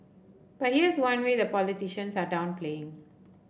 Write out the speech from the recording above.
but here is one worry the politicians are downplaying